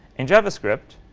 in javascript,